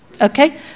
Okay